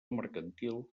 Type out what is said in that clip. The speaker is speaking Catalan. mercantil